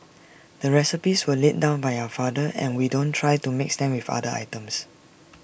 the recipes were laid down by our father and we don't try to mix them with other items